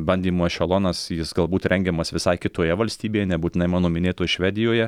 bandymų ešelonas jis galbūt rengiamas visai kitoje valstybėje nebūtinai mano minėtoj švedijoje